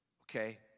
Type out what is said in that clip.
okay